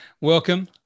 Welcome